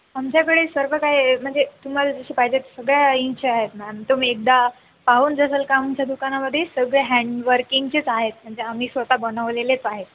आमच्याकडे सर्व काही जा म्हणजे तुम्हाला जशी पाहिजे सगळ्या इंचचे आहेत मॅम तुम्ही एकदा पाहून जसाल का आमच्या दुकानामध्ये सगळे हँडवर्किंगचेच आहेत म्हणजे आम्ही स्वतः बनवलेलेच आहेत